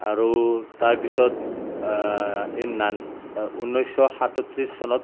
আৰু তাৰ পিছত ঊনৈছশ সাতত্ৰিশ চনত